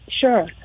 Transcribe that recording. Sure